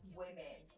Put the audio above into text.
women